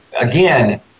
again